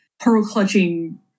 pearl-clutching